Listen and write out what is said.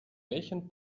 welchen